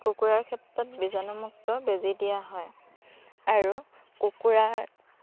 কুকুৰাৰ ক্ষেত্ৰত বীজাণুমুক্ত বেজি দিয়া হয় আৰু কুকুৰাৰ